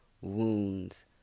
wounds